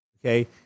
okay